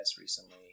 recently